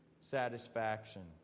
satisfaction